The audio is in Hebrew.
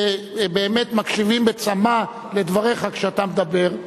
ובאמת מקשיבים בצמא לדבריך כשאתה מדבר.